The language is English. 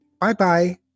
bye-bye